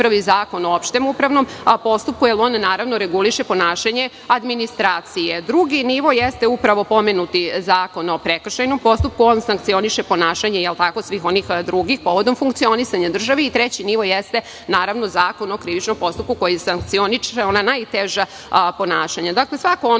prvi Zakon o opštem upravnom postupku jer on, naravno, reguliše ponašanje administracije. Drugi nivo jeste upravo pomenuti Zakon o prekršajnom postupku. On sankcioniše ponašanje svih onih drugih povodom funkcionisanja države. Treći nivo jeste, naravno, Zakon o krivičnom postupku, koji sankcioniše ona najteža ponašanja. Dakle, svako ono